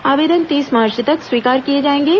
आवेदन तीस मार्च तक स्वीकार किए जाएंगे